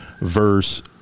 verse